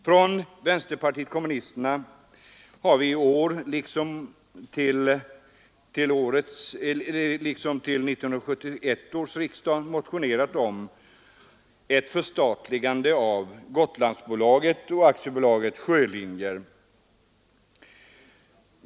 Från vänsterpartiet kommunisterna har vi i år liksom till 1971 års riksdag motionerat om ett förstatligande av Gotlandsbolaget och AB Sjölinjer.